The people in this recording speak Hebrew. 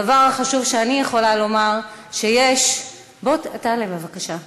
הדבר החשוב שאני יכולה לומר, בוא, תעלה בבקשה,